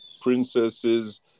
Princesses